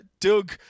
Doug